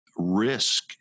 risk